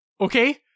Okay